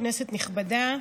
כנסת נכבדה,